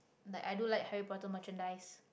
like I do like Harry-Potter merchandise